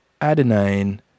adenine